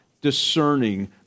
discerning